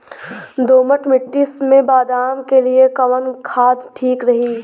दोमट मिट्टी मे बादाम के लिए कवन खाद ठीक रही?